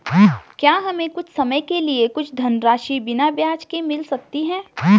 क्या हमें कुछ समय के लिए कुछ धनराशि बिना ब्याज के मिल सकती है?